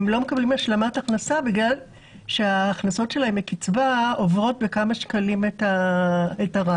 מקבלים השלמת הכנסה בגלל שההכנסות שלהן לקצבה עוברות בכמה שקלים את הרף.